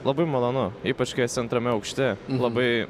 labai malonu ypač kai esi antrame aukšte labai